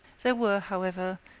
there were, however,